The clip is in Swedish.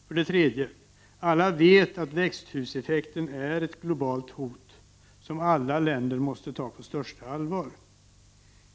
För det tredje: Alla vet att växhuseffekten är ett globalt hot som alla länder måste ta på största allvar.